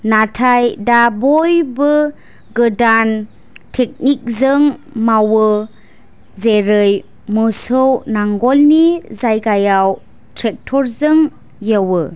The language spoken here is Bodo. नाथाय दा बयबो गोदान थेकनिक जों मावो जेरै मोसौ नांगोलनि जायगायाव ट्रेक्थ'र जों एवो